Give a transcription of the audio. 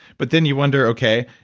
but then you wonder okay,